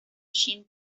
shin